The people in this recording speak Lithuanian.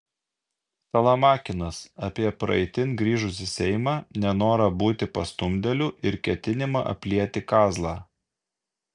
salamakinas apie praeitin grįžusį seimą nenorą būti pastumdėliu ir ketinimą aplieti kazlą